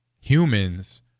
humans